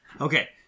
Okay